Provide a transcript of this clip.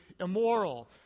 immoral